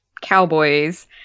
cowboys